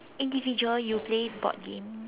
individual you play sport games